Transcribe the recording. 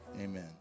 amen